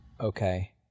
Okay